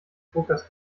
druckers